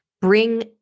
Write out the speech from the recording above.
bring